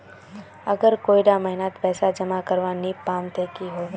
अगर कोई डा महीनात पैसा जमा करवा नी पाम ते की होबे?